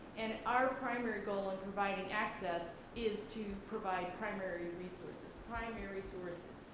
and our primary goal and providing access is to provide primary resources, primary sources.